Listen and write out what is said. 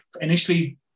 initially